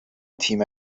تیم